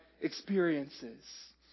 experiences